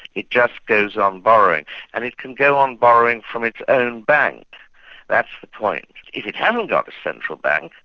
it just goes on borrowing and it can go on borrowing from its own bank that's the point. if it hasn't got a central bank,